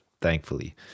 thankfully